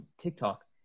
TikTok